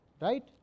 Right